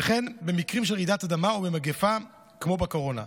וכן במקרים של רעידת אדמה ומגפה, כמו בקורונה.